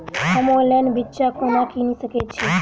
हम ऑनलाइन बिच्चा कोना किनि सके छी?